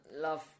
love